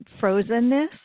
frozenness